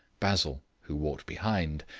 basil, who walked behind,